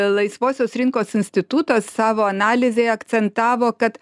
laisvosios rinkos institutas savo analizėj akcentavo kad